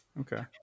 Okay